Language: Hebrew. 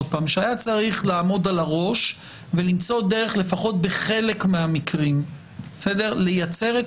שהיה צריך לעמוד על הראש ולמצוא דרך לפחות בחלק מהמקרים לייצר את